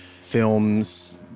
films